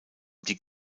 die